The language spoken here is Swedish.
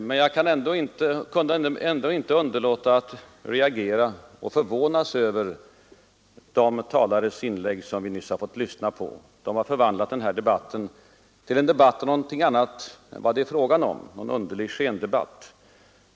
Men jag kunde inte underlåta att reagera mot och förvånas över de inlägg vi nyss har lyssnat till. De har förvandlat debatten till en debatt om någonting annat än vad det är fråga om, till en underlig skendebatt.